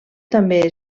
també